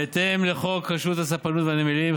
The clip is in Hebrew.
בהתאם לחוק רשות הספנות והנמלים,